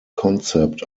concept